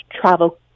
travel